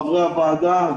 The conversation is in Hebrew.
חברי הוועדה,